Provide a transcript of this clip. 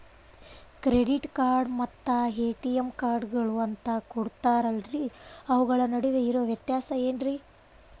Credit card ಮತ್ತ ATM ಕಾರ್ಡುಗಳು ಅಂತಾ ಕೊಡುತ್ತಾರಲ್ರಿ ಅವುಗಳ ನಡುವೆ ಇರೋ ವ್ಯತ್ಯಾಸ ಏನ್ರಿ?